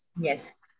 Yes